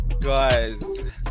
guys